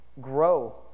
grow